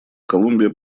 колумбия